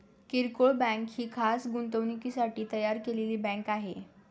किरकोळ बँक ही खास गुंतवणुकीसाठी तयार केलेली बँक आहे